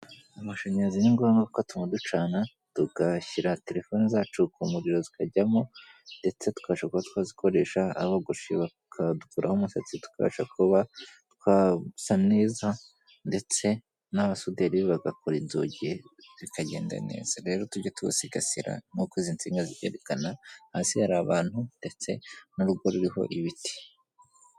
Amashanyarazi ni ngombwa atuma ducana tugashyira telefoni zacu ku muririro zikajyamo ndetse tukabasha kuba twazikoresha. Abogoshi bakadukuraho umusatsi tukabasha kuba twasa neza ndetse n'abasuderi bagakora inzugi bikagenda neza. Rero tujye tuwusigasira nk'uko izi nsinga ziyekana. Hasi hari abantu ndetse n'urugo ruriho ibiti.